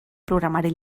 programari